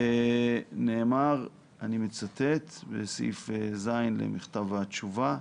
נאמר, ואני מצטט מסעיף (ז) למכתב התשובה: